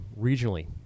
regionally